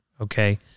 okay